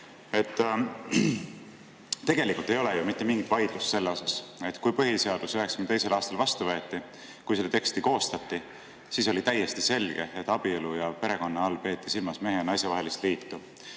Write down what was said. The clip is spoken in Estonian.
Tegelikult ei ole ju mitte mingit vaidlust selle üle, et kui põhiseadus 1992. aastal vastu võeti ja kui seda teksti koostati, siis oli täiesti selge, et abielu ja perekonna all peeti silmas mehe ja naise vahelist liitu.